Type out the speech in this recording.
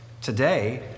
today